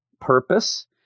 purpose